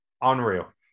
Unreal